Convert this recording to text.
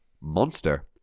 monster